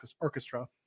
orchestra